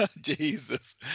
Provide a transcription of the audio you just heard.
Jesus